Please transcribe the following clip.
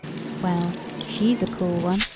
well, she's a cool one!